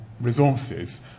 resources